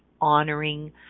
honoring